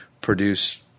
produce